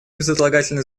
безотлагательно